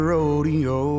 Rodeo